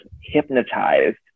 Hypnotized